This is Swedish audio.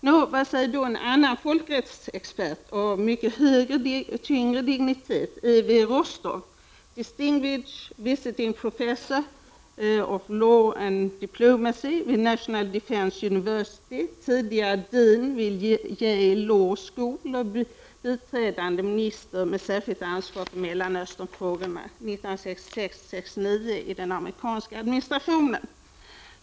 Nå, vad säger då en annan folkrättsexpert av än tyngre dignitet, E.V. Rostow, Distinguished Visiting Professor of Law and Diplomacy vid National Defense University, tidigare Dean vid Yale Law School och biträdande minister med särskilt ansvar för Mellanösternfrågor 1966—1969 i den amerikanska administrationen?